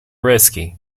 risky